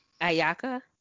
Ayaka